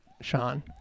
Sean